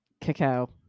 Cacao